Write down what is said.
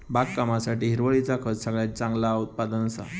बागकामासाठी हिरवळीचा खत सगळ्यात चांगला उत्पादन असा